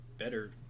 better